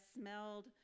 smelled